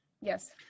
yes